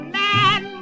man